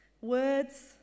Words